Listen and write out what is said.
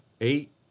eight